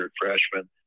freshman